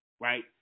right